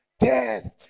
dead